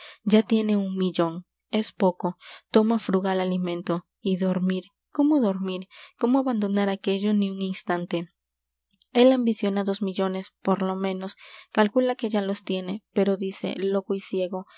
l l ó n es poco toma frugal alimento y dormir cómo dormir c ó m o abandonar aquello ni un instante él ambiciona dos millones por lo menos calcula que ya los tiene pero dice loco y ciego